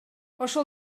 ошол